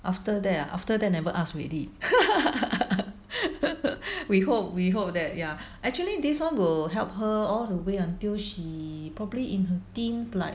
after that ah after that never ask already we hope we hope that ya actually this one will help her all the way until she probably in her teens like